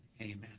Amen